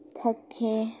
ꯊꯛꯈꯤ